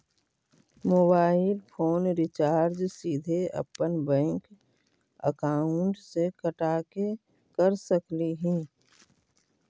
Mobile phone recharge सीधे अपन bank account से कटा के कर सकली ही?